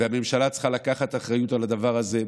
והממשלה צריכה לקחת אחריות על הדבר הזה,